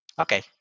Okay